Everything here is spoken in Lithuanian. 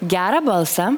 gerą balsą